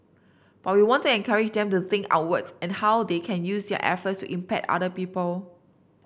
but we want to encourage them to think outwards and how they can use their efforts to impact other people